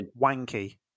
wanky